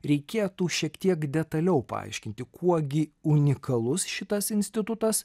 reikėtų šiek tiek detaliau paaiškinti kuo gi unikalus šitas institutas